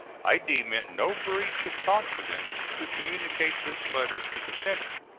i deem it no breach of confidence to communicate this letter to the senate.